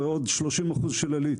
ועוד 30% של עלית,